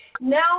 Now